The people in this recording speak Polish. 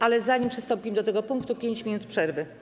Ale zanim przystąpimy do tego punktu, ogłaszam 5 minut przerwy.